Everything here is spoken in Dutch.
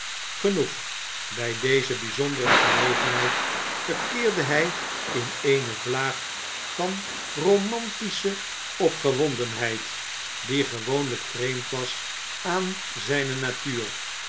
genoeg bij deze bijzondere gelegenheid verkeerde hij in eene vlaag van romantische opgewondenheid die gewoonlijk vreemd was aan zijne natuur